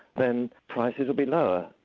then prices will be lower,